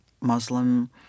Muslim